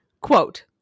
Quote